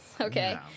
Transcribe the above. Okay